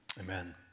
Amen